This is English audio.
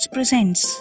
Presents